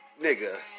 nigga